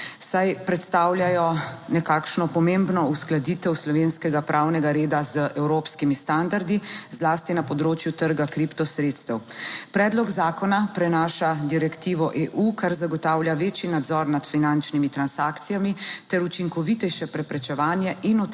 saj predstavljajo nekakšno pomembno uskladitev slovenskega pravnega reda z evropskimi standardi, zlasti na področju trga kripto sredstev. Predlog zakona prenaša direktivo EU, kar zagotavlja večji nadzor nad finančnimi transakcijami ter učinkovitejše preprečevanje in odkrivanje